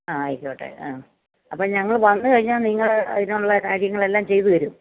അ ആയിക്കോട്ടെ അ അപ്പോൾ ഞങ്ങള് വന്നുകഴിഞ്ഞാൽ നിങ്ങള് അതിനുള്ള കാര്യങ്ങളെല്ലാം ചെയ്തുതരും